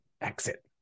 Exit